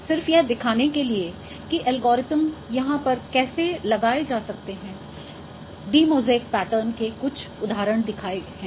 सिर्फ यह दिखाने के लिए कि एल्गोरिथ्म यहाँ पर कैसे लगाए जा सकते हैं डीमोज़ेक पैटर्न के कुछ उदाहरण दिखाए हैं